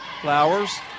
Flowers